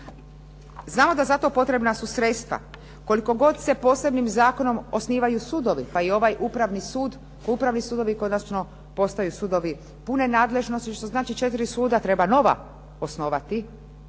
Znamo da za to potrebna su sredstva. Koliko god se posebnim zakonom osnivaju sudovi pa i ovaj Upravni sud, upravni sudovi konačno postaju sudovi pune nadležnosti što znači 4 suda treba nova osnovati,